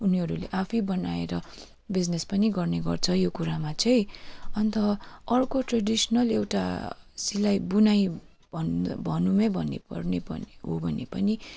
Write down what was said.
उनीहरूले आफै बनाएर बिजिनेस पनि गर्ने गर्छ यो कुरामा चाहिँ अन्त अर्को ट्रेडिसनल एउटा सिलाइ बुनाइ भन् भनौँ नै भने पर्ने पर्ने हो भने पनि